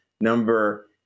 number